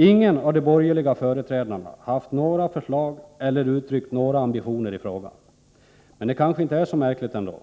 Ingen av de borgerliga företrädarna har haft några förslag eller uttryckt några ambitioner i frågan. Men det kanske inte är så märkligt ändå,